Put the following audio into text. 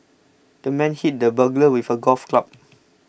the man hit the burglar with a golf club